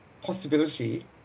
possibility